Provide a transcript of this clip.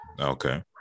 okay